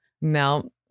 No